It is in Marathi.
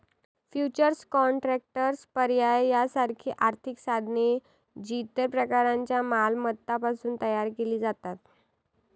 फ्युचर्स कॉन्ट्रॅक्ट्स, पर्याय यासारखी आर्थिक साधने, जी इतर प्रकारच्या मालमत्तांपासून तयार केली जातात